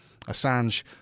Assange